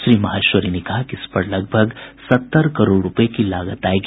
श्री माहेश्वरी ने कहा कि इसपर लगभग सत्तर करोड़ रुपये लागत आयेगी